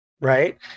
right